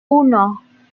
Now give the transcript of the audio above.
uno